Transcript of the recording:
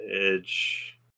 edge